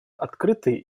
открытой